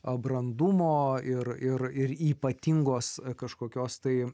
o brandumo ir ir ir ypatingos kažkokios tai